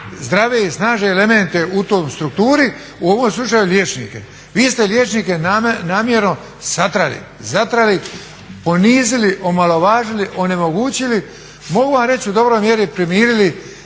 zdrave i snažne elemente u toj strukturi u ovom slučaju liječnike. Vi ste liječnike namjerno satrali, zatrali, ponizili, omalovažili, onemogućili, mogu vam reći u dobroj mjeri primirili